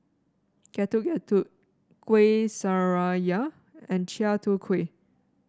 Getuk Getuk Kueh Syara and Chai Tow Kuay